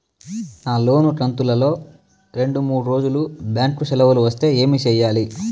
నా లోను కంతు తేదీల లో రెండు మూడు రోజులు బ్యాంకు సెలవులు వస్తే ఏమి సెయ్యాలి?